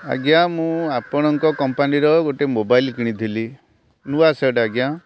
ଆଜ୍ଞା ମୁଁ ଆପଣଙ୍କ କମ୍ପାନୀର ଗୋଟେ ମୋବାଇଲ୍ କିଣିଥିଲି ନୂଆ ସେଟ୍ ଆଜ୍ଞା